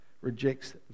rejects